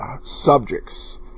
subjects